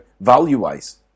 Value-wise